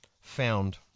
found